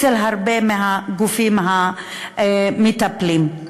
אצל הרבה מהגופים המטפלים.